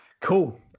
cool